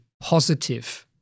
positive